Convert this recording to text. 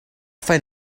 find